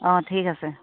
অঁ ঠিক আছে